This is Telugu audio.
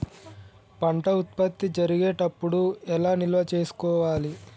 పంట ఉత్పత్తి జరిగేటప్పుడు ఎలా నిల్వ చేసుకోవాలి?